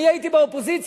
אני הייתי באופוזיציה,